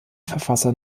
verfasser